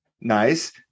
Nice